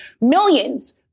millions